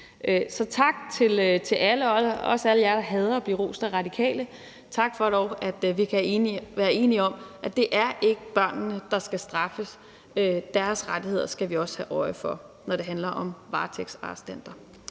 Så tak til alle og også alle jer, der hader at blive rost af Radikale. Tak for dog, at vi kan være enige om, at det ikke er børnene, der skal straffes. Deres rettigheder skal vi også have øje for, når det handler om varetægtsarrestanter.